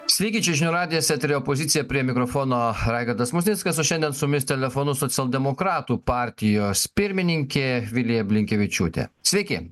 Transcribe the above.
sveiki čia žinių radijas eteryje opozicija prie mikrofono raigardas musnickas o šiandien su mumis telefonu socialdemokratų partijos pirmininkė vilija blinkevičiūtė sveiki